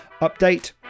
update